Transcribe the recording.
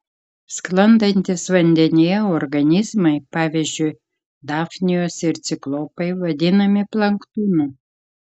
sklandantys vandenyje organizmai pavyzdžiui dafnijos ir ciklopai vadinami planktonu